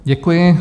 Děkuji.